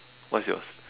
what's yours